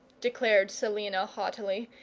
declared selina, haughtily,